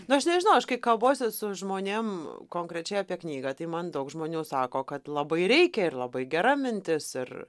nu aš nežinau aš kai kalbuosi su žmonėm konkrečiai apie knygą tai man daug žmonių sako kad labai reikia ir labai gera mintis ir